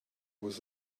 was